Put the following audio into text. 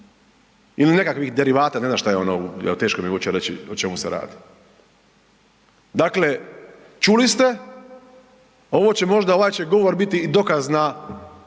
ili nekakvih derivata, ne znam šta je ono jel teško mi je uopće reći o čemu se radi. Dakle, čuli ste, ovo će možda, ovaj će govor biti i dokaz na,